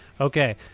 okay